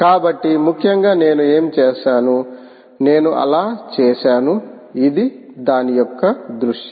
కాబట్టి ముఖ్యంగా నేను ఏమి చేసాను నేను అలా చేశాను ఇది దాని యొక్క దృశ్యం